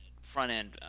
front-end